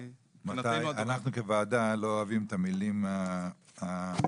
אנחנו כוועדה לא אוהבים את המילים המופשטות,